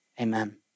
amen